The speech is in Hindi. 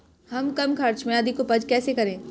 हम कम खर्च में अधिक उपज कैसे करें?